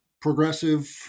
progressive